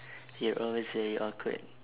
you are always very awkward